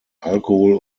alkohol